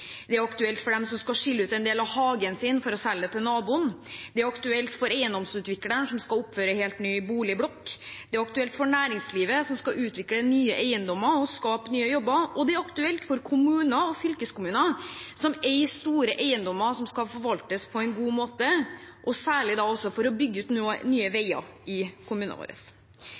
Det er aktuelt for dem som skal skille ut en del av hagen sin for å selge til naboen, det er aktuelt for eiendomsutvikleren som skal oppføre en helt ny boligblokk, det er aktuelt for næringslivet som skal utvikle nye eiendommer og skape nye jobber, og det er aktuelt for kommuner og fylkeskommuner som eier store eiendommer som skal forvaltes på en god måte, og da særlig også for å bygge ut nye veier i kommunene.